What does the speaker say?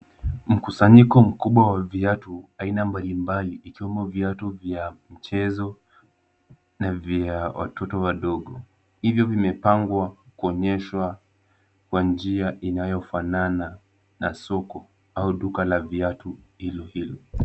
Mkusanyiko mkubwa wa viatu aina mbalimbali ikiwemo viatu vya michezo na vya watoto wadogo. Hivyo vimepangwa kuonyesha kwa njia inayofanana na soko au duka la viatu hilohilo.